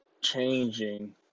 changing